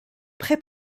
pré